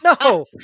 No